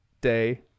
day